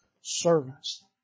servants